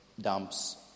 dumps